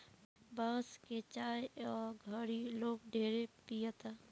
बांस के चाय ए घड़ी लोग ढेरे पियता